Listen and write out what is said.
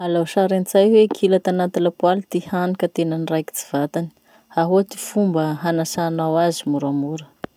Alao sary antsay hoe kila tagnaty lapoaly ty hany ka tena niraikitsy vatany. Ahoa ty fomba hanasanao azy moramora?